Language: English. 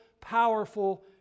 powerful